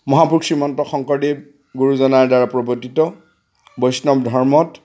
মহাপুৰুষ শ্ৰীমন্ত শংকৰদেৱ গুৰুজনাৰ দ্বাৰা প্ৰৱৰ্তিত বৈষ্ণৱ ধৰ্মত